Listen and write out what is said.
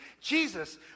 Jesus